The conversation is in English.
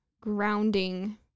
grounding